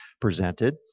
presented